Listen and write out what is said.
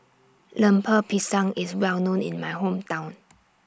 Lemper Pisang IS Well known in My Hometown